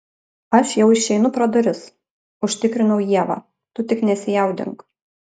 aš jau išeinu pro duris užtikrinau ievą tu tik nesijaudink